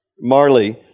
Marley